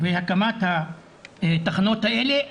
בהקמת התחנות האלה,